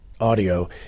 audio